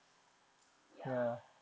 ya